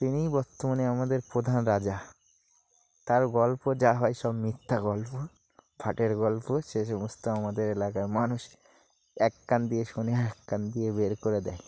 ইনিই বর্তমানে আমাদের প্রধান রাজা তার গল্প যা হয় সব মিথ্যা গল্প ভাটের গল্প সে সমস্ত আমাদের এলাকার মানুষ এক কান দিয়ে শোনে আরেক কান দিয়ে বের করে দেয়